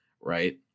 right